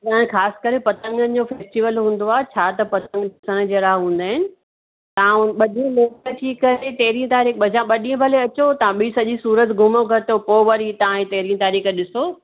न ख़ासि करे पतंगनि जो फेस्टिवल हूंदो आहे छा त पतंग ॾिसण जहिड़ा हूंदा आहिनि तव्हां ॿ ॾींहं रहो त ठीकु आहे तेरहीं तारीख़ जा ॿ ॾींहं भले अचो तव्हां बि सॼी सूरत घुमो घटो पोइ तव्हां वरी तेरहीं तारीख़ ॾिसो